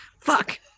Fuck